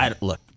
look